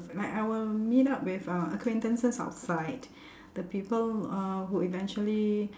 like I will meet up with uh acquaintances outside the people uh who eventually